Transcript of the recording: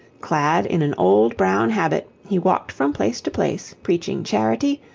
clad in an old brown habit, he walked from place to place preaching charity,